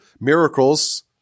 miracles